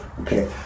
Okay